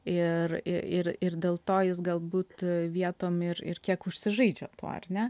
ir ir ir dėl to jis galbūt vietom ir ir kiek užsižaidžia ar ne